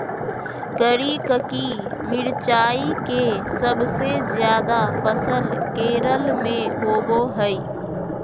करिककी मिरचाई के सबसे ज्यादा फसल केरल में होबो हइ